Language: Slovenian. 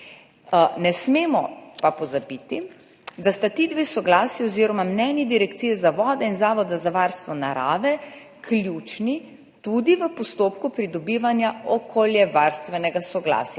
Ne smemo pa pozabiti, da sta ti dve soglasji oziroma mnenji Direkcije za vode in Zavoda za varstvo narave ključni tudi v postopku pridobivanja okoljevarstvenega soglasja.